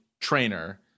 trainer